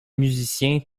musiciens